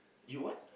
you what